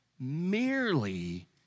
merely